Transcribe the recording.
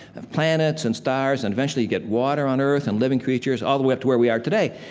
ah, planets, and stars, and eventually you get water on earth and living creatures all the way up to where we are today.